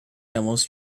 almost